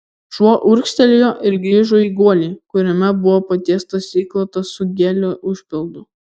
šuo urgztelėjo ir grįžo į guolį kuriame buvo patiestas įklotas su gelio užpildu